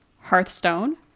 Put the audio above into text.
Hearthstone